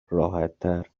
راحتتر